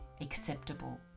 acceptable